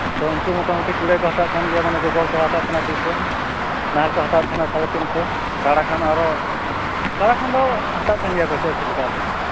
ᱛᱚ ᱩᱱᱠᱩ ᱢᱚᱴᱟᱢᱩᱴᱤ ᱠᱩᱲᱟᱹᱭ ᱠᱚ ᱦᱟᱛᱟᱣᱮᱫ ᱛᱟᱦᱮᱱ ᱜᱮᱭᱟ ᱢᱟᱱᱮ ᱜᱚᱜᱚ ᱦᱚᱲ ᱠᱚ ᱦᱟᱛᱟᱣᱮᱫ ᱛᱟᱦᱮᱱ ᱜᱮᱭᱟ ᱫᱩ ᱥᱚ ᱱᱟᱦᱮᱞ ᱠᱚ ᱦᱟᱛᱟᱣᱮᱫ ᱛᱟᱦᱮᱱ ᱜᱮᱭᱟ ᱥᱟᱲᱮ ᱛᱤᱱ ᱥᱚ ᱠᱟᱲᱟ ᱠᱷᱟᱱ ᱟᱨᱚ ᱠᱟᱲᱟ ᱠᱷᱟᱱ ᱫᱚ ᱦᱟᱛᱟᱣᱮᱫ ᱛᱟᱦᱮᱱ ᱜᱮᱭᱟ ᱪᱟᱨᱥᱚ ᱞᱮᱠᱟ ᱪᱮᱫ ᱪᱚᱝ